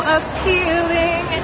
appealing